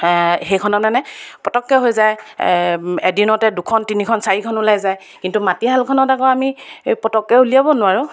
সেইখনত মানে পতককৈ হৈ যায় এদিনতে দুখন তিনিখন চাৰিখন ওলাই যায় কিন্তু মাটিশালখনত আকৌ আমি পতককৈ উলিয়াব নোৱাৰোঁ